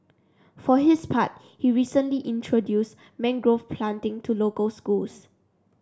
for his part he recently introduced mangrove planting to local schools